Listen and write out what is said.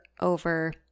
over